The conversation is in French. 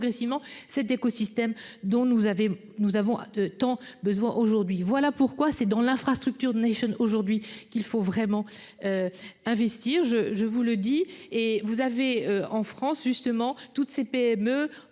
progressivement cet écosystème dont nous avait nous avons tant besoin aujourd'hui, voilà pourquoi c'est dans l'infrastructure de Nelson aujourd'hui qu'il faut vraiment investir je, je vous le dis, et vous avez en France justement toutes ces PME